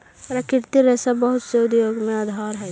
प्राकृतिक रेशा बहुत से उद्योग के आधार हई